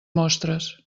mostres